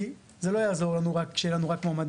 כי זה לא יעזור לנו שרק יהיו לנו מועמדים,